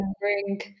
bring